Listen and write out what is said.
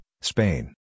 Spain